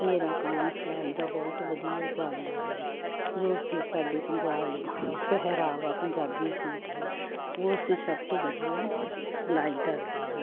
ਮੇਰਾ ਕਾਮ ਸਿਲਾਈ ਦਾ ਬਹੁਤ ਵਧੀਆ ਚੱਲਦਾ ਹੈ ਜੋ ਕਿ ਸਾਡੇ ਪੰਜਾਬ ਦਾ ਪਹਿਰਾਵਾ ਪੰਜਾਬੀ ਸੂਟ ਹੈ ਉਹ ਅਸੀਂ ਸਭ ਤੋਂ ਵਧੀਆ ਸਿਲਾਈ ਕਰਦੇ ਹਾਂ